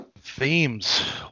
Themes